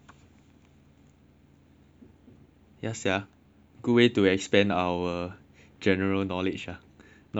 yes sia good way to expand our general knowledge lah not like it really matters